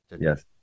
Yes